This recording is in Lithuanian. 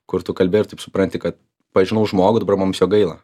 kur tu kalbi ir taip supranti kad pažinau žmogų dabar mums jo gaila